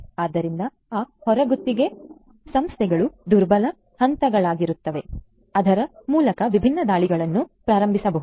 ಆದ್ದರಿಂದ ಆ ಹೊರಗುತ್ತಿಗೆ ಸಂಸ್ಥೆಗಳು ದುರ್ಬಲ ಹಂತಗಳಾಗಿರುತ್ತವೆ ಅದರ ಮೂಲಕ ವಿಭಿನ್ನ ದಾಳಿಗಳನ್ನು ಪ್ರಾರಂಭಿಸಬಹುದು